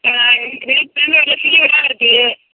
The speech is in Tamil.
எனக்கு நேற்றிலேந்து ஒரே ஃபீவராக இருக்குது